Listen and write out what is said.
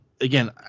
again